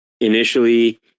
initially